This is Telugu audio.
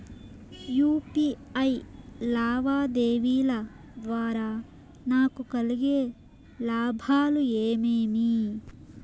యు.పి.ఐ లావాదేవీల ద్వారా నాకు కలిగే లాభాలు ఏమేమీ?